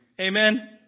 Amen